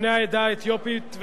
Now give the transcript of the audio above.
לבני העדה האתיופית,